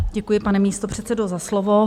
Děkuji, pane místopředsedo, za slovo.